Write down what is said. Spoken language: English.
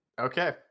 Okay